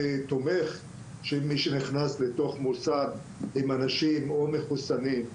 תומך שמי שנכנס לתוך מוסד עם אנשים או מחוסנים,